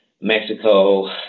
Mexico